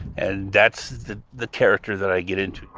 and that's the the character that i get into